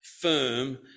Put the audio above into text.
firm